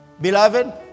Beloved